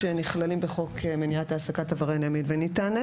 למניעת העסקה בעבירות מין.